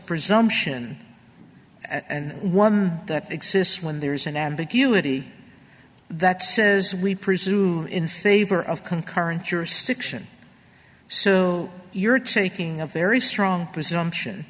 presumption and one that exists when there's an ambiguity that says we presume in favor of concurrent jurisdiction so you're taking a very strong presumption